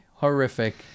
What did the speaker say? Horrific